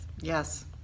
yes